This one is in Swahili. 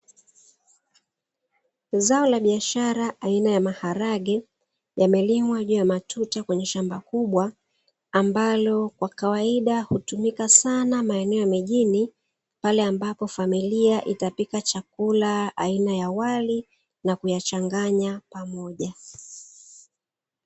Zao la biashara aina ya maharage yamelimwa juu ya matuta, kwenye shamba kubwa ambalo kwa kawaida hutumika sana maeneo ya mijini. Pale ambapo familia itapika chakula aina ya wali na kuyachanganya pamoja.